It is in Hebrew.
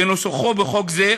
כנוסחו בחוק זה,